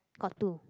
got two